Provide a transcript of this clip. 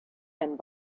and